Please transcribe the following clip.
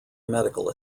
medical